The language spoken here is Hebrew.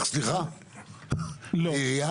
בזאת אנחנו מעבירים לך ---- יחד עם הקרקעות.